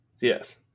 Yes